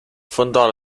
fondò